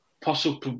possible